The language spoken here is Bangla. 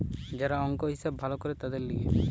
যারা অংক, হিসাব ভালো করে তাদের লিগে